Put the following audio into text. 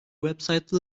website